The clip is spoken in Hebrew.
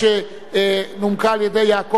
שנומקה על-ידי חבר הכנסת יעקב כץ,